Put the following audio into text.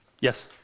Yes